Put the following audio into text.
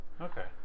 Okay